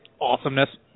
Awesomeness